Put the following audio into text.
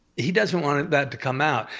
he doesn't want that to come out.